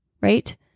right